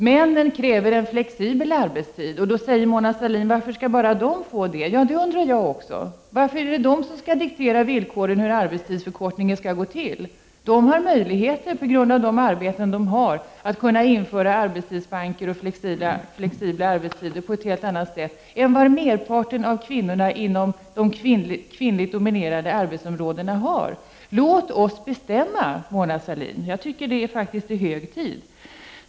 Männen kräver en flexibel arbetstid, och Mona Sahlin frågar: Varför skall bara männen få detta? Ja, det undrar jag också. Varför är det de som skall diktera villkoren för hur arbetstidsförkortningen skall gå till? På grund av den typ av arbeten som de har har de möjligheter att kunna införa arbetstidsbanker och flexibel arbetstid på ett helt annat sätt än vad merparten av kvinnorna inom de kvinnligt dominerande arbetsområdena har. Låt oss bestämma, Mona Sahlin. Jag tycker faktiskt att det är hög tid.